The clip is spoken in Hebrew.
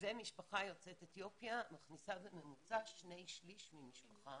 ומשפחה יוצאת אתיופיה מכניסה בממוצע שני שליש ממשפחה